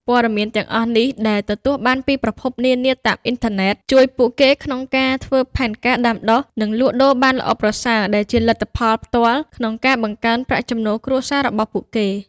ព័ត៌មានទាំងអស់នេះដែលទទួលបានពីប្រភពនានាតាមអ៊ីនធឺណិត ជួយពួកគេក្នុងការ ធ្វើផែនការដាំដុះ និង លក់ដូរបានល្អប្រសើរ ដែលជាលទ្ធផលផ្ទាល់ក្នុងការ បង្កើនប្រាក់ចំណូលគ្រួសារ របស់ពួកគេ។